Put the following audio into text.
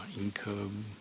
income